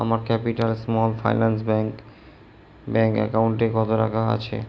আমার capital small finance bank bank অ্যাকাউন্টে কত টাকা আছে